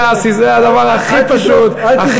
זה, זה הדבר הכי פשוט, אל תגרור אותי על היבלות.